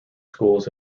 schools